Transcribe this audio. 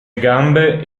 gambe